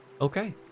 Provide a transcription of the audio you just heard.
Okay